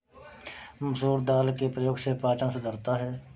मसूर दाल के प्रयोग से पाचन सुधरता है